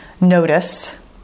notice